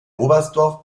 oberstdorf